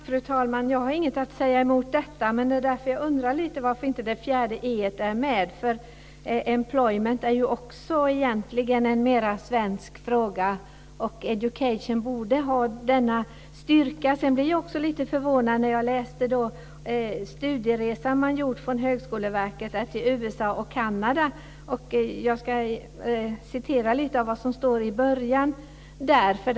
Fru talman! Jag har inget att säga mot detta. Men jag undrar lite över varför ett fjärde E inte är med. Employment är ju också en mer svensk fråga, och Education borde ha denna styrka. Sedan blev jag lite förvånad när jag läste om den studieresa till USA och Kanada som Högskoleverket gjort. Jag ska citera lite av det som står i början av rapporten.